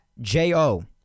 J-O